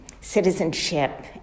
citizenship